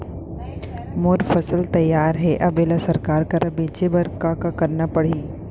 मोर फसल तैयार हे अब येला सरकार करा बेचे बर का करना पड़ही?